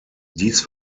dies